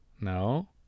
No